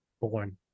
Born